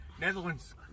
Netherlands